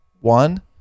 one